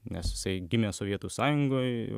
nes jisai gimė sovietų sąjungoj